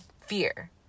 fear